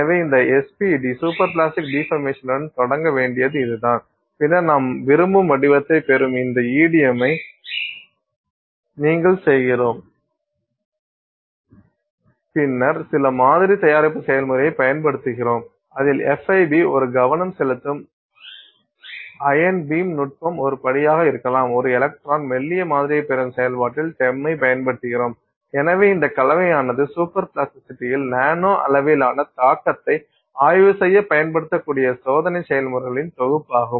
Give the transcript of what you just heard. எனவே இந்த SPD super plastic டிபர்மேசன்ன்னுடன் தொடங்க வேண்டியது இதுதான் பின்னர் நாம் விரும்பும் வடிவத்தைப் பெறும் இந்த EDM ஐ நீங்கள் செய்கிறோம் பின்னர் சில மாதிரி தயாரிப்பு செயல்முறையைப் பயன்படுத்துகிறோம் அதில் FIB ஒரு கவனம் செலுத்தும் அயன் பீம் நுட்பம் ஒரு படியாக இருக்கலாம் ஒரு எலக்ட்ரான் மெல்லிய மாதிரியைப் பெறும் செயல்பாட்டில் TEM ஐப் பயன்படுத்துகிறோம் எனவே இந்த கலவையானது சூப்பர் பிளாஸ்டிசிட்டியில் நானோ அளவிலான தாக்கத்தை ஆய்வு செய்ய பயன்படுத்தக்கூடிய சோதனை செயல்முறைகளின் தொகுப்பாகும்